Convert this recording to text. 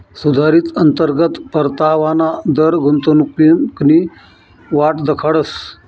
सुधारित अंतर्गत परतावाना दर गुंतवणूकनी वाट दखाडस